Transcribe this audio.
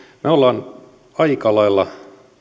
me olemme aika lailla